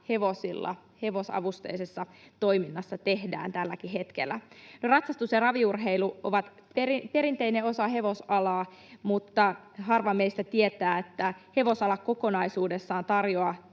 mitä hevosavusteisessa toiminnassa tehdään tälläkin hetkellä. Ratsastus ja raviurheilu ovat perinteinen osa hevosalaa, mutta harva meistä tietää, että hevosala kokonaisuudessaan tarjoaa